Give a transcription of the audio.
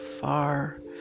far